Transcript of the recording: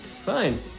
Fine